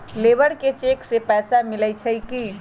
Labour के cheque से पैसा मिलई छई कि?